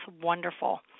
wonderful